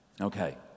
Okay